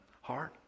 heart